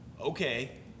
Okay